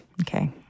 Okay